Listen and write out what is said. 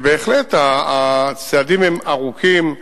בהחלט, הצעדים הם ארוכים.